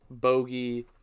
Bogey